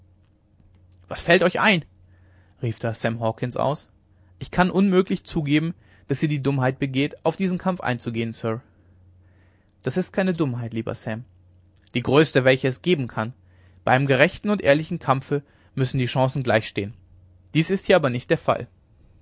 was fällt euch ein rief da sam hawkens aus ich kann unmöglich zugeben daß ihr die dummheit begeht auf diesen kampf einzugehen sir es ist keine dummheit lieber sam die größte welche es geben kann bei einem gerechten und ehrlichen kampfe müssen die chancen gleich stehen dies ist aber hier nicht der fall